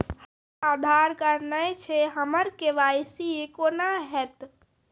हमरा आधार कार्ड नई छै हमर के.वाई.सी कोना हैत?